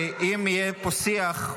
אם יהיה פה שיח,